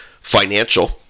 financial